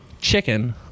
chicken